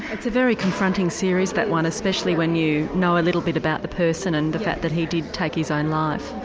it's a very confronting series that one, especially when you know a little bit about the person and the fact that he did take his own life.